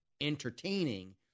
entertaining